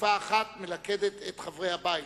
שאיפה אחת מלכדת את חברי הבית,